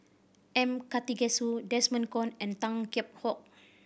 M Karthigesu Desmond Kon and Tan Kheam Hock